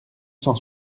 cent